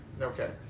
okay